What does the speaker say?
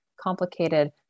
complicated